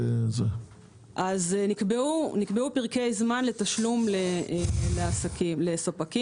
נקבעו פרקי זמן לתשלום לספקים.